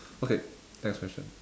okay next question